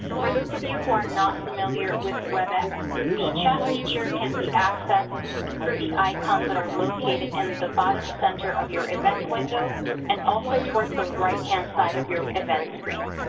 for those of you who are not familiar with webex the chat feature can be accessed through the icons that are located in the bottom center of your event window and also towards the right-hand side of your event screen.